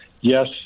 Yes